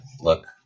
look